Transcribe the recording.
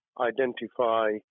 identify